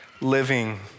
living